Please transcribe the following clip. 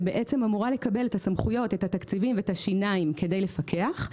שאמורה לקבל סמכויות, תקציבים ושיניים כדי לפקח.